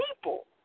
people